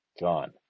Gone